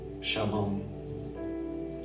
shalom